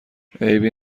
عیبی